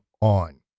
on